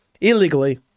Illegally